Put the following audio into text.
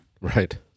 Right